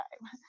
time